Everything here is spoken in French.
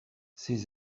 ses